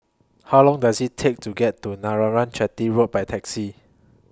How Long Does IT Take to get to Chetty Road By Taxi